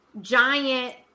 giant